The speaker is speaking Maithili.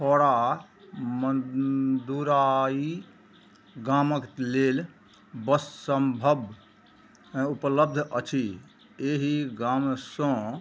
थोड़ा मन्दुराई गामक लेल बस संभव उपलब्ध अछि एहि गामसँ